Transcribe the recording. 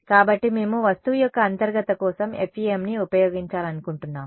కాబట్టి మేము వస్తువు యొక్క అంతర్గత కోసం FEMని ఉపయోగించాలనుకుంటున్నాము